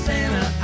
Santa